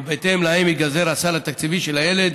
ובהתאם להם ייגזר הסל התקציבי של הילד,